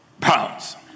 pounds